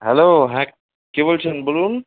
hello হ্যাঁ কে বলছেন বলুন